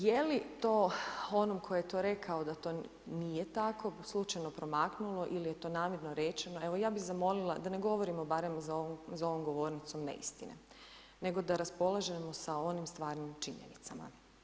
Je li to onom tko je to rekao da to nije tako slučajno promaknulo ili je to namjerno rečeno, evo ja bi zamolila da ne govorimo barem za ovom govornicom neistine nego da raspolažemo sa onim stvarnim činjenicama.